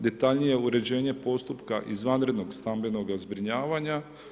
Detaljnije uređenje postupka izvanrednoga stambenog zbrinjavanja.